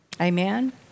Amen